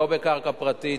לא בקרקע פרטית,